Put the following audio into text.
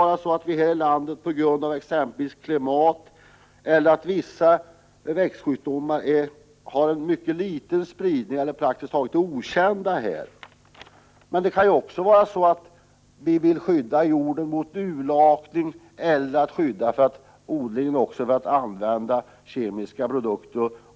bero på klimatet här i landet eller mycket liten spridning av vissa växtsjukdomar. Sjukdomarna är kanske praktiskt taget okända. Men det kan ju också vara så, att vi vill skydda jorden mot urlakning och att vi vill undvika en försämring av odlingsresultatet på grund av kemiska produkter.